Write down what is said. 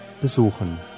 besuchen